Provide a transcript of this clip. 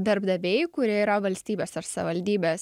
darbdaviai kurie yra valstybės ar savivaldybės